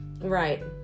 Right